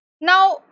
now